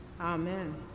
Amen